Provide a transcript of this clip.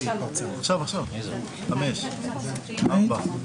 חלק מההסתייגויות נמשכו בהתאם להסכמות שהיו בין האופוזיציה לקואליציה.